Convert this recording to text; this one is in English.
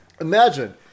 Imagine